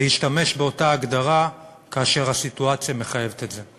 שתשתמש באותה הגדרה כאשר הסיטואציה מחייבת את זה.